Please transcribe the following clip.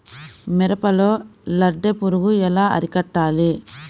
మిరపలో లద్దె పురుగు ఎలా అరికట్టాలి?